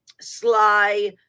sly